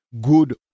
good